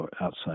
outside